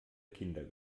kinder